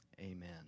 amen